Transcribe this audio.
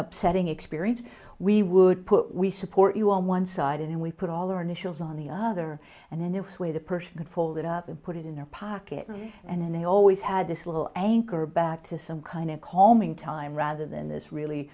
upsetting experience we would put we support you on one side and we put all our initials on the other and they knew where the person that folded up and put it in their pocket and they always had this little anchor back to some kind of calming time rather than this really